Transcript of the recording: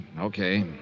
okay